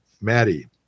Maddie